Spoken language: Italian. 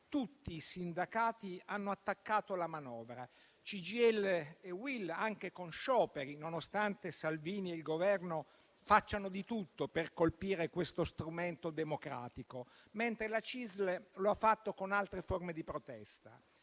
Tutti i sindacati hanno attaccato la manovra, CGIL e UIL anche con scioperi, nonostante Salvini e il Governo facciano di tutto per colpire questo strumento democratico, mentre la CISL lo ha fatto con altre forme di protesta.